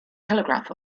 telegraph